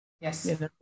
Yes